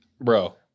Bro